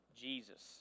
Jesus